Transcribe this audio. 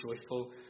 joyful